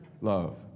love